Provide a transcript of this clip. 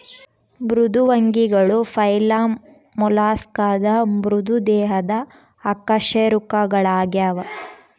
ಮೃದ್ವಂಗಿಗಳು ಫೈಲಮ್ ಮೊಲಸ್ಕಾದ ಮೃದು ದೇಹದ ಅಕಶೇರುಕಗಳಾಗ್ಯವ